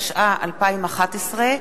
התשע"א 2011,